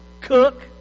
cook